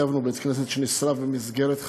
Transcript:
תקצבנו בית-כנסת שנשרף במסגרת חריגים,